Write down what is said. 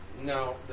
no